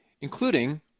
including